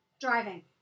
Driving